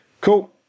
cool